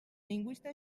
lingüista